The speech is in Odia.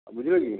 ବୁଝିଲକି